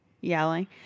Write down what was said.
yelling